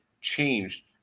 changed